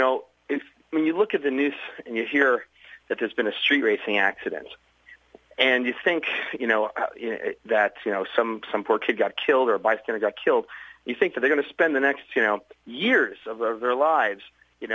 know when you look at the news and you hear that there's been a street racing accident and you think you know that you know some some poor kid got killed or a bystander got killed you think they're going to spend the next you know years of their lives you